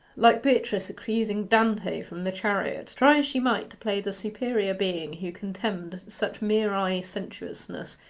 like beatrice accusing dante from the chariot, try as she might to play the superior being who contemned such mere eye-sensuousness,